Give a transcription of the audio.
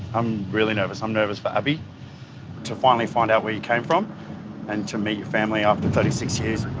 i'm really nervous, i'm nervous for abii to finally find out where you came from and to meet your family after thirty six years.